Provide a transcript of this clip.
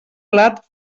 blat